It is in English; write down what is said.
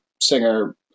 singer